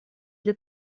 для